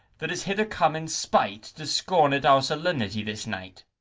that is hither come in spite, to scorn at our solemnity this night.